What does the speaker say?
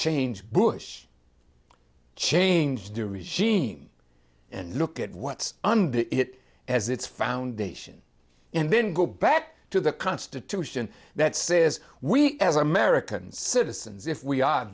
change bush change the regime and look at what's under it as it's foundation and then go back to the constitution that says we as americans citizens if we are